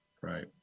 Right